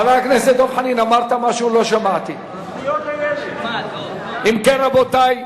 אם כן, רבותי,